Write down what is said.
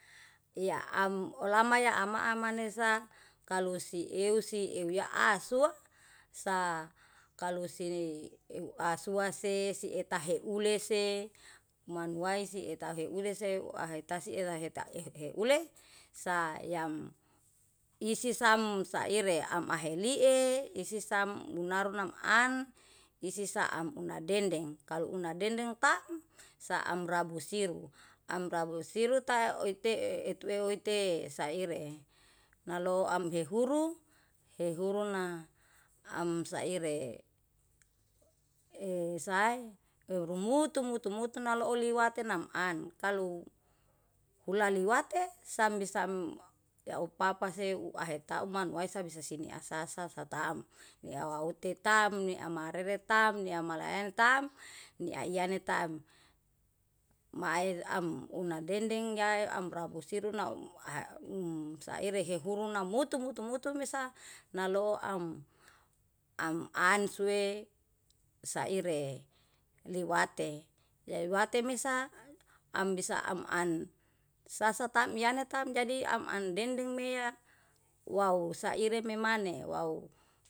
Iya am olamaya ama amanesa kalu siewsi ewi ahsua sa kalu si ahsua se sietaheule se manuasi eta heule se ahatai se ela heta ehe hule sayam isisam saire am ahelie isi sam munaruna an isi saam una dendeng. Kalu una dendeng taem saam rabu siru, am rabu siruta utee etuweu te saire nalou amhehuru, hehuru na am saire. e sae eru mutu-mutu mutu naoli wateman an am. Kalu ulaliwate sambisa sam bisam opapa si ahetau manuaisa bisa singasasa satam. Ni awute tam, ni amarere tam, ni amalen tam, ni iyane tam. Mae am una dendeng yaem rabu siru na saire hehuru namutu mutu mutu mesa naloam, am answe saire liwate, liwate mehsa am bisa am an sasa tamiyane tam jadi am an dendeng mea waw saire memane wau.